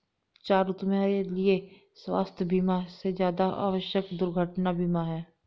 चारु, तुम्हारे लिए स्वास्थ बीमा से ज्यादा आवश्यक दुर्घटना बीमा है